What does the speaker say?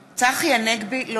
(קוראת בשמות חברי הכנסת) צחי הנגבי, לא